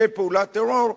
בפעולת טרור,